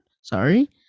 Sorry